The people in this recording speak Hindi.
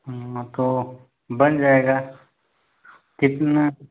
तो बन जाएगा कितना